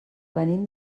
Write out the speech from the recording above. venim